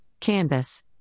canvas